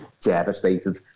devastated